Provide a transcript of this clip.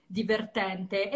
divertente